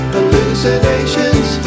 Hallucinations